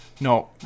No